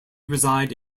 reside